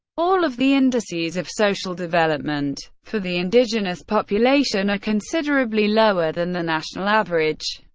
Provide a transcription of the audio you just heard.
all of the indices of social development for the indigenous population are considerably lower than the national average.